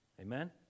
Amen